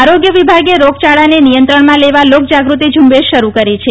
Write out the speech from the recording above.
આરોગ્ય વિભાગે રોગચાળાને નિયંત્રણમાં લેવા લોકજાગ્રતિ ઝ઼બેશ શરૂ કરી છે